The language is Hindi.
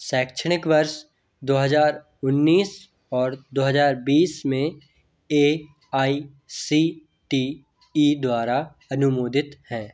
शैक्षणिक वर्ष दो हज़ार उन्नीस और दो हज़ार बीस में A I C T E द्वारा अनुमोदित है